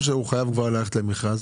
או שהוא כבר חייב ללכת למכרז?